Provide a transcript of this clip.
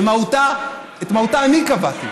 שאת מהותה אני קבעתי,